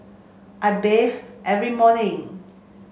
I bathe every morning